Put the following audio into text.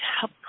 help